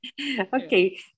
okay